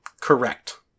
Correct